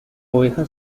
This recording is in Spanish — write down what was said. oveja